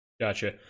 Gotcha